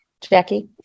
jackie